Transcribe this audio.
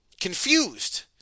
confused